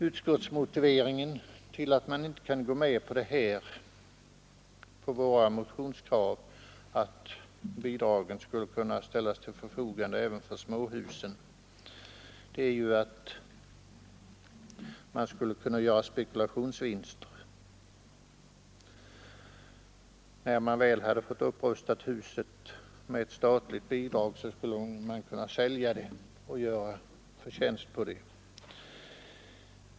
Utskottets motivering till att inte gå med på våra motionskrav att bidragen skulle kunna ställas till förfogande även för småhusen är att man skulle kunna göra spekulationsvinster. När man väl har fått huset upprustat med statligt bidrag, skulle man kunna sälja det och göra förtjänst.